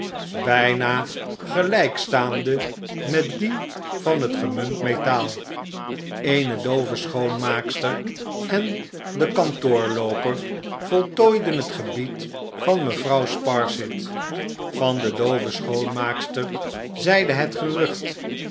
bijna gelijk staande met dien van net gemunt metaal eene doove schoonmaakster en de kantoorlooper voltooiden het gebied van mevrouw sparsit van de doove schoonmaakster zeide het gerucht